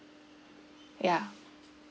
yeah